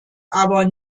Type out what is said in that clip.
aber